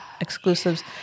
exclusives